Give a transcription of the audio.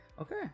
Okay